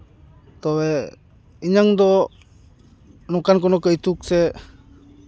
ᱛᱚ ᱤᱧᱟᱹᱝ ᱫᱚ ᱱᱚᱝᱠᱟᱱ ᱠᱳᱱᱳ ᱠᱟᱹᱭᱛᱩᱠ ᱥᱮ